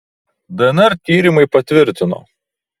dnr tyrimai patvirtino